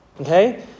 Okay